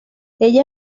ella